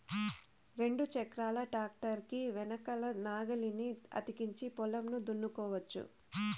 రెండు చక్రాల ట్రాక్టర్ కి వెనకల నాగలిని అతికించి పొలంను దున్నుకోవచ్చు